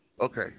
Okay